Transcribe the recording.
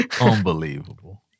Unbelievable